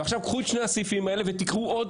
ועכשיו קחו את שני הסעיפים האלה ותקראו עוד